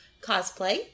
cosplay